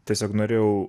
tiesiog norėjau